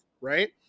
right